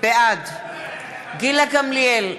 בעד גילה גמליאל,